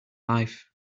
life